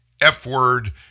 F-word